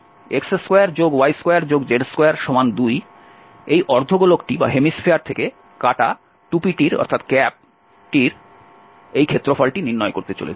সুতরাং আমরা এই x2y2z22 অর্ধ গোলক থেকে কাটা টুপিটির এই ক্ষেত্রফলটি নির্ণয় করতে চলেছি